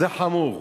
זה חמור.